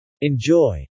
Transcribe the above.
Enjoy